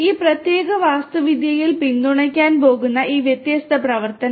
ഈ പ്രത്യേക വാസ്തുവിദ്യയിൽ പിന്തുണയ്ക്കാൻ പോകുന്ന ഈ വ്യത്യസ്ത പ്രവർത്തനങ്ങൾ